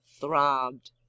throbbed